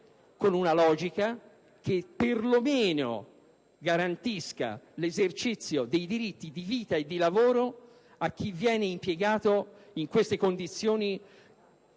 con una logica che perlomeno garantisca l'esercizio dei diritti di vita e di lavoro a chi viene impiegato in queste condizioni, che sono